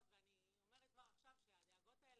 ואני אומרת כבר עכשיו שהדאגות האלה,